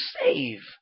save